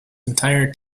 entire